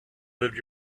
lived